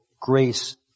Grace